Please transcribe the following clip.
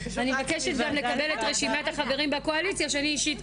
אני מבקשת גם לקבל את רשימת חברי הוועדה שחברים